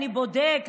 אני בודק,